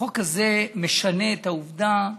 החוק הזה משנה את העובדה,